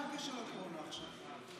מה הקשר לקורונה עכשיו?